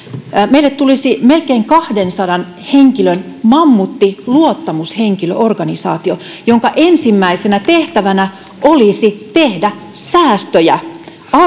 meille tulisi melkein kahdensadan henkilön mammuttiluottamushenkilöorganisaatio jonka ensimmäisenä tehtävänä olisi tehdä säästöjä